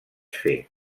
fer